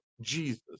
Jesus